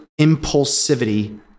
impulsivity